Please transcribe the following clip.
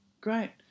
Great